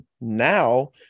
now